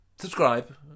Subscribe